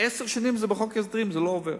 עשר שנים זה בחוק ההסדרים וזה לא עובר.